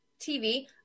TV